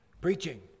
preaching